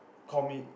comic